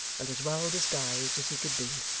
and as well disguised as he could be.